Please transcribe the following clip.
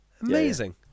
Amazing